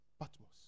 Patmos